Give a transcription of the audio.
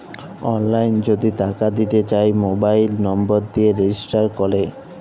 অললাইল যদি টাকা দিতে চায় মবাইল লম্বর দিয়ে রেজিস্টার ক্যরে